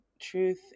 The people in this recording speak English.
truth